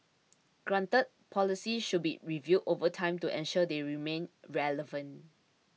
granted policies should be reviewed over time to ensure they remain relevant